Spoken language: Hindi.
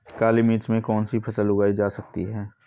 काली मिट्टी में कौनसी फसल उगाई जा सकती है?